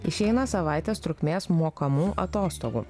išeina savaitės trukmės mokamų atostogų